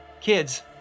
Kids